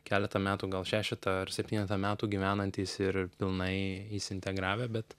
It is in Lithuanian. keletą metų gal šešetą ar septynetą metų gyvenantys ir pilnai įsiintegravę bet